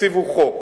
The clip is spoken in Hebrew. התקציב הוא חוק.